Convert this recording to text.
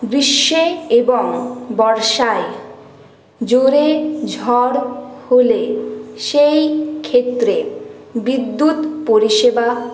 গ্রীষ্মে এবং বর্ষায় জোরে ঝড় হলে সেই ক্ষেত্রে বিদ্যুৎ পরিষেবা